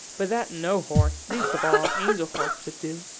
but that no horse, least of all an angel-horse would do.